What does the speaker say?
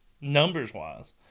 numbers-wise